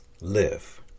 live